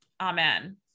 Amen